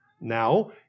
Now